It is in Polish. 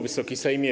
Wysoki Sejmie!